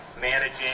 managing